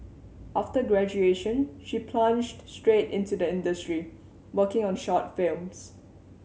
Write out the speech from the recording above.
after graduation she plunged straight into the industry working on short films